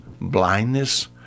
blindness